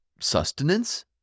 sustenance